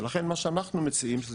ולכן מה שאנחנו מציעים,